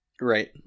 Right